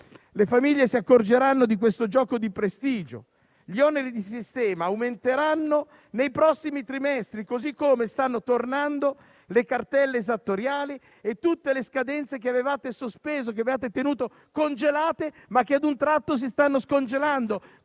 Le famiglie si accorgeranno di questo gioco di prestigio. Gli oneri di sistema aumenteranno nei prossimi trimestri, così come stanno tornando le cartelle esattoriali e tutte le scadenze che avevate sospeso e tenuto congelate, ma che ad un tratto si stanno scongelando.